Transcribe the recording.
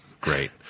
great